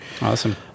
Awesome